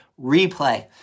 replay